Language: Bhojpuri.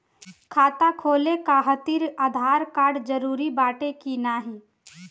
खाता खोले काहतिर आधार कार्ड जरूरी बाटे कि नाहीं?